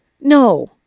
No